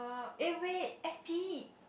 eh wait S_P